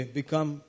become